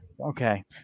Okay